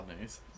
news